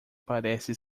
parece